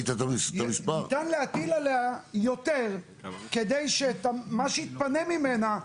ניתן להטיל עליה יותר כדי שמה שמתפנה ממנה,